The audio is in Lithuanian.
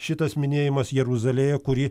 šitas minėjimas jeruzalėje kurį